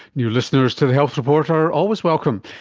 new listeners to the health report are always welcome.